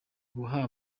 kubahwa